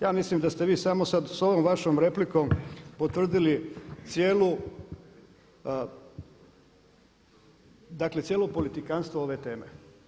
Ja mislim da ste vi samo sada sa ovom vašom replikom potvrdili cijelu, dakle cijelo politikantstvo ove teme.